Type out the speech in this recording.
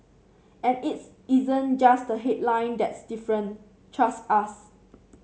and its isn't just the headline that's different trust us